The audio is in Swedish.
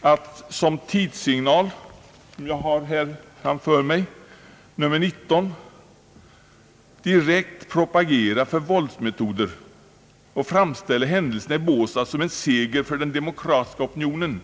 Att som Tidsignal nr 19 — jag har skriften i min hand — direkt propagera för våldsmetoder och framställa händelserna i Båstad som en seger för den demokratiska opinionen